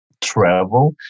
travel